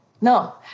no